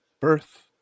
birth